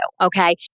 Okay